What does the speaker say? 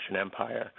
Empire